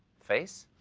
face?